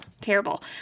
terrible